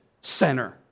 center